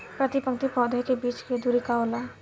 प्रति पंक्ति पौधे के बीच के दुरी का होला?